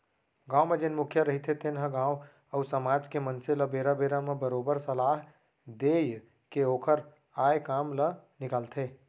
गाँव म जेन मुखिया रहिथे तेन ह गाँव अउ समाज के मनसे ल बेरा बेरा म बरोबर सलाह देय के ओखर आय काम ल निकालथे